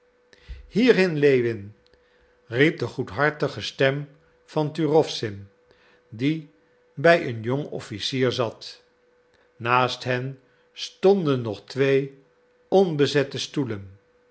hierheen lewin riep de goedhartige stem van turowzin die bij een jong officier zat naast hen stonden nog twee onbezette stoelen